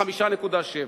5.7,